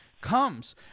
comes